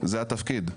זה התפקיד.